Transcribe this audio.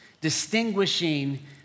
distinguishing